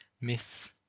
myths